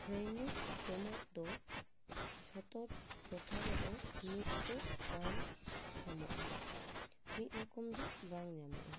ᱛᱷᱟᱱᱤᱠ ᱡᱚᱢᱟᱜ ᱫᱚ ᱡᱚᱛᱚ ᱴᱚᱴᱷᱟ ᱨᱮᱫᱚ ᱢᱤᱫ ᱫᱚ ᱵᱟᱝ ᱧᱟᱢᱚᱜᱼᱟ ᱢᱤᱫ ᱨᱚᱠᱚᱢ ᱫᱚ ᱵᱟᱝ ᱧᱟᱢᱚᱜᱼᱟ